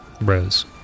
Rose